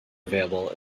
available